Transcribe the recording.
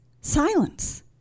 silence